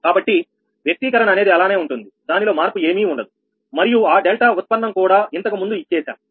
కాబట్టి వ్యక్తీకరణ అనేది అలానే ఉంటుంది దానిలో మార్పు ఏమీ ఉండదు మరియు ఆ డెల్టా ఉత్పన్నం కూడా ఇంతకుముందు ఇచ్చేశాం